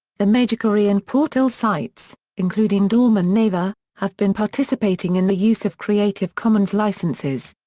the major korean portal sites, including daum and naver, have been participating in the use of creative commons licences.